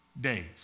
days